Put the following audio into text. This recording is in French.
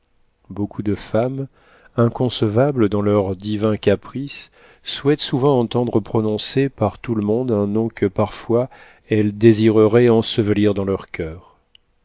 beaucoup de femmes inconcevables dans leurs divins caprices souhaitent souvent entendre prononcer par tout le monde un nom que parfois elles désireraient ensevelir dans leur coeur